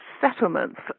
settlements